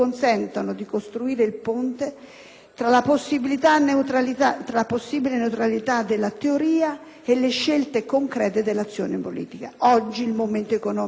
tra la possibile neutralità della teoria e le scelte concrete dell'azione politica. Oggi, il momento economico e sociale che attraversiamo